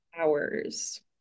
hours